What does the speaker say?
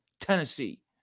Tennessee